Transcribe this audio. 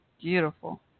Beautiful